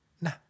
nah